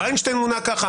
במחילה מכבוד תורתך.